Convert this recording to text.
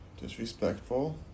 Disrespectful